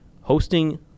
hosting